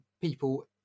people